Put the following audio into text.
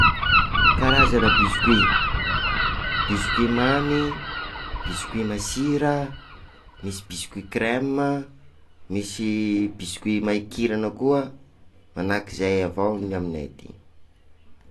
Karazana biscuit: biscuit mamy, biscuit masira, misy biscuit creme, misy biscuit makirana koa, manahaka zay avao lie ny aminay aty